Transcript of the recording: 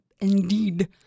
indeed